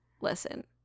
listen